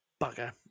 bugger